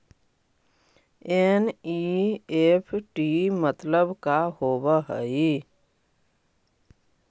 NEFT मतलब का होब हई?